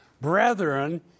brethren